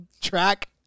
track